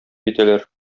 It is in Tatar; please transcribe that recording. китәләр